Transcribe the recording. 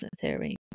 theory